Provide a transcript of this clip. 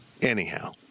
Anyhow